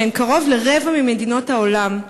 שהן קרוב לרבע ממדינות העולם,